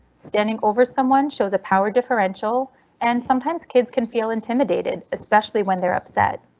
standing over someone shows a power differential and sometimes kids can feel intimidated, especially when they're upset.